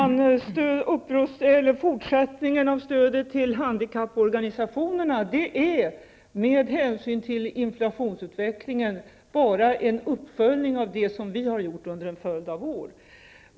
Fru talman! Fortsättningen av stödet till handikapporganisationerna är med hänsyn till inflationsutvecklingen bara en uppföljning av vad vi har gjort under en följd av år.